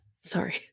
sorry